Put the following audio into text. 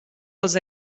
als